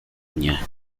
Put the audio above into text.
mnie